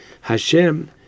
Hashem